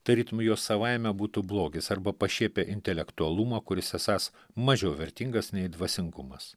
tarytum jos savaime būtų blogis arba pašiepia intelektualumą kuris esąs mažiau vertingas nei dvasingumas